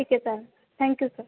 ठीक आहे चालेल थँक्यू सर